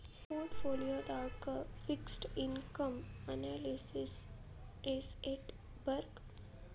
ಪೊರ್ಟ್ ಪೋಲಿಯೊದಾಗ fixed income analysis ಯೆಸ್ಟಿರ್ಬಕ್?